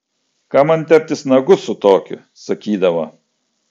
kam man teptis nagus su tokiu sakydavo